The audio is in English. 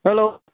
hello